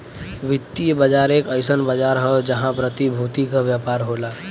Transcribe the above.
वित्तीय बाजार एक अइसन बाजार हौ जहां प्रतिभूति क व्यापार होला